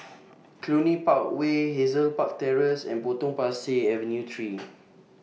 Cluny Park Way Hazel Park Terrace and Potong Pasir Avenue three